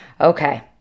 Okay